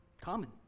common